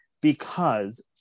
because-